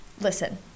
listen